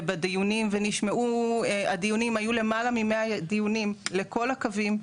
ובדיונים ונשמעו הדיונים היו למעלה מ-100 דיונים לכל הקווים,